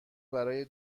برای